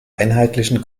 einheitlichen